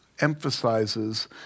emphasizes